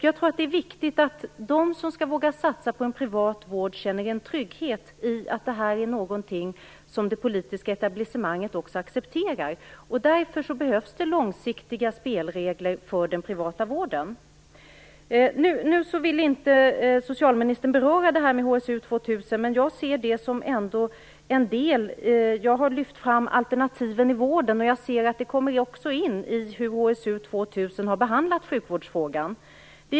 Jag tror att det är viktigt att de som skall våga satsa på en privat vård känner en trygghet i att detta är någonting som det politiska etablissemanget också accepterar. Därför behövs det långsiktiga spelregler för den privata vården. Nu vill inte socialministern beröra HSU 2000. Jag ser ändå det som en del i detta. Jag har lyft fram alternativen i vården. Jag ser att det också kommer in i hur HSU 2000 har behandlat sjukvårdsfrågan.